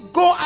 go